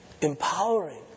empowering